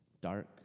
dark